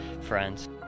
friends